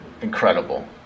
incredible